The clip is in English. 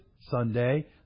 Sunday